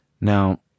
Now